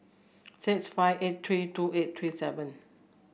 six five eight three two eight three seven